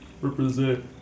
Represent